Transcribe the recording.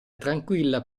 tranquilla